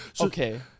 okay